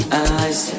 eyes